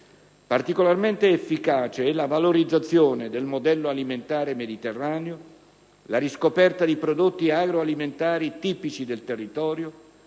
Particolarmente efficace la valorizzazione del modello alimentare mediterraneo, la riscoperta di prodotti agroalimentari tipici del territorio,